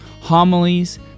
homilies